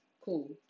cool